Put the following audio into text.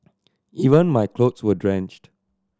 even my clothes were drenched